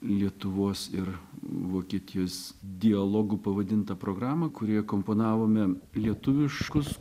lietuvos ir vokietijos dialogu pavadinta programą kurioje komponavome lietuviškus